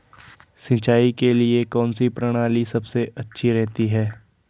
सिंचाई के लिए कौनसी प्रणाली सबसे अच्छी रहती है?